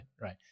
Right